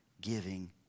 giving